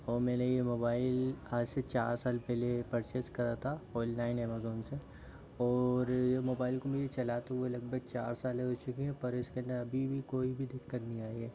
और मैंने ये मोबाइल आज से चार साल पहले परचेज़ करा था ऑनलाइन ऐमज़ोन से और ये मोबाइल को मुझे चलाते हुए लगभग चार साल हो चुके हैं पर इसके अंदर अभी भी कोई भी दिक्कत नहीं आई है